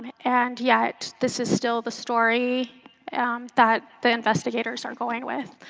and yet, this is still the story that the investigators are going with.